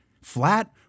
flat